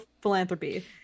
philanthropy